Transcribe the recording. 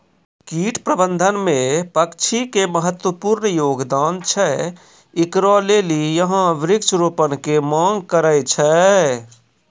कीट प्रबंधन मे पक्षी के महत्वपूर्ण योगदान छैय, इकरे लेली यहाँ वृक्ष रोपण के मांग करेय छैय?